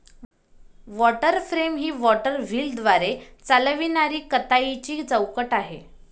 water frame ही water व्हीलद्वारे चालविणारी कताईची चौकट आहे